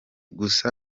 gusa